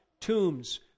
tombs